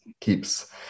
keeps